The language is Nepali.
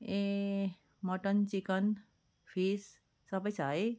ए मटन चिकन फिस सबै छ है